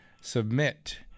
submit